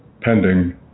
pending